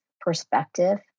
perspective